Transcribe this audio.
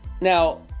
now